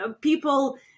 people